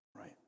Right